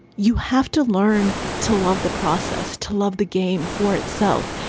you have to learn to love the process, to love the game for itself.